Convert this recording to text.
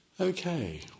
Okay